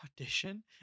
audition